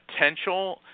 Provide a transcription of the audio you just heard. potential